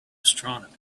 astronomy